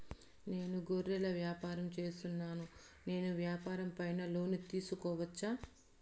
నేను గొర్రెలు వ్యాపారం సేస్తున్నాను, నేను వ్యాపారం పైన లోను తీసుకోవచ్చా?